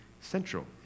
central